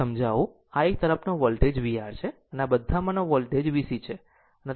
આ એક તરફનો વોલ્ટેજ vR છે અને આ બધામાંનો વોલ્ટેજ VC છે